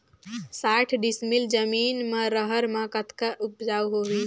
साठ डिसमिल जमीन म रहर म कतका उपजाऊ होही?